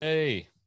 Hey